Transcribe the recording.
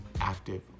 active